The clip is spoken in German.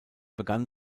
begann